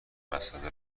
مساله